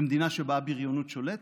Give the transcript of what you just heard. במדינה שבה הבריונות שולטת?